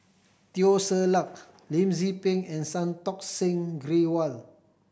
Teo Ser Luck Lim Tze Peng and Santokh Singh Grewal